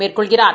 மேற்கொள்கிறார்